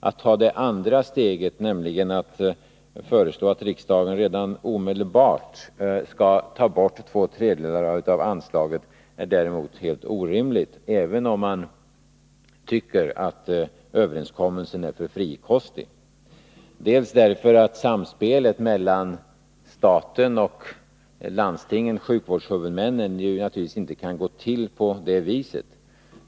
Att ta det andra steget, nämligen att föreslå att riksdagen omedelbart skall ta bort två tredjedelar av anslaget är däremot helt orimligt, även om man tycker att överenskommelsen är för frikostig. Samspelet mellan staten och landstingen som sjukvårdshuvudmän kan naturligtvis inte gå till på det viset.